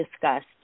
discussed